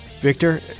Victor